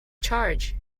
charge